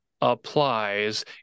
applies